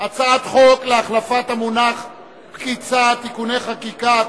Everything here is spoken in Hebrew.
הצעת חוק להחלפת המונח פקיד סעד (תיקוני חקיקה),